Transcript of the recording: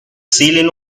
ceiling